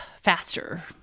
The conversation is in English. faster